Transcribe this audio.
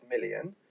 million